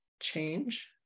change